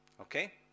Okay